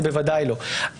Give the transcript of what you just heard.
זה בוודאי לא,